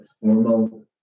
formal